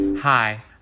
Hi